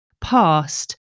past